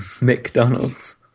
McDonald's